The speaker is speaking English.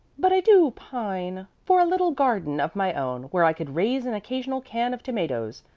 but i do pine for a little garden of my own, where i could raise an occasional can of tomatoes.